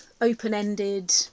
open-ended